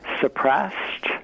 suppressed